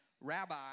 Rabbi